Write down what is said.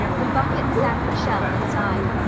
the bucket sat on the shelf inside.